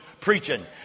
preaching